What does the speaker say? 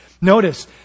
Notice